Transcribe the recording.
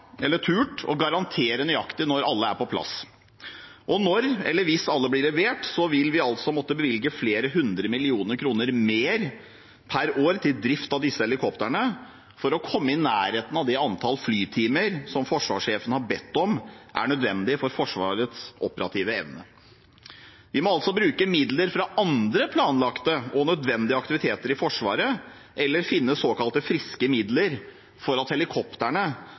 eller turt å garantere nøyaktig når alle er på plass. Og når eller hvis alle blir levert, vil vi altså måtte bevilge flere hundre millioner kroner mer per år til drift av disse helikoptrene for å komme i nærheten av det antall flytimer som forsvarssjefen har bedt om og sagt er nødvendig for Forsvarets operative evne. Vi må altså bruke midler fra andre planlagte og nødvendige aktiviteter i Forsvaret, eller finne såkalte friske midler, for at